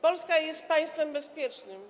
Polska jest państwem bezpiecznym.